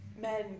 men